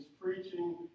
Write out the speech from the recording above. preaching